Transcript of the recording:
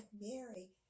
Mary